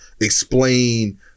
explain